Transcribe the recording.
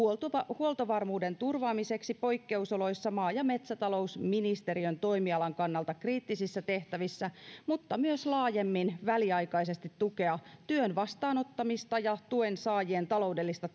huoltovarmuuden turvaamiseksi poikkeusoloissa maa ja metsätalousministeriön toimialan kannalta kriittisissä tehtävissä mutta myös laajemmin väliaikaisesti tukea työn vastaanottamista ja tuen saajien taloudellista